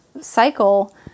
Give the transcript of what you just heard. cycle